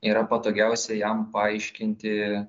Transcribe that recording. yra patogiausia jam paaiškinti